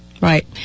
Right